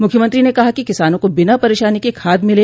मुख्यमंत्री ने कहा कि किसानों को बिना परेशानी के खाद मिले